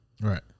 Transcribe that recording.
Right